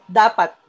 dapat